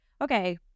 okay